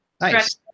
Nice